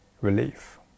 relief